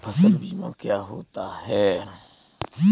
फसल बीमा क्या होता है?